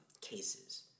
cases